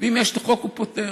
אם יש חוק, זה פותר,